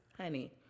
Honey